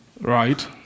Right